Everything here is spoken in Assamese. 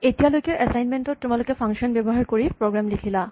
এতিয়ালৈকে এচাইনমেন্ট ত তোমালোকে ফাংচন ব্যৱহাৰ কৰি প্ৰগ্ৰেম লিখিলা